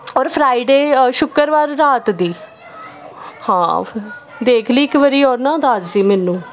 ਔਰ ਫਰਾਈਡੇ ਸ਼ੁੱਕਰਵਾਰ ਰਾਤ ਦੀ ਹਾਂ ਦੇਖ ਲਈਂ ਇੱਕ ਵਾਰ ਔਰ ਨਾ ਦੱਸ ਦਈਂ ਮੈਨੂੰ